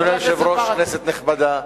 אדוני היושב-ראש, כנסת נכבדה,